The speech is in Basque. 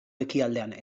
ekialdean